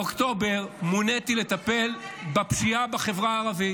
באוקטובר מוניתי לטפל בפשיעה בחברה הערבית.